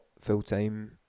full-time